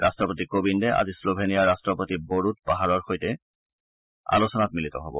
ৰাট্টপতি কোবিন্দে আজি শ্লোভেনিয়াৰ ৰাট্টপতি বৰুট পাহৰৰ সৈতে আলোচনাত মিলিত হ'ব